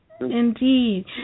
indeed